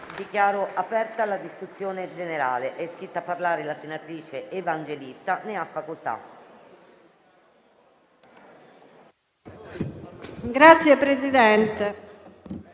Dichiaro aperta la discussione generale. È iscritta a parlare la senatrice Evangelista. Ne ha facoltà.